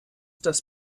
dass